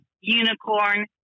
Unicorn